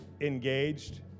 engaged